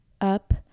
up